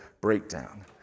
breakdown